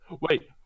Wait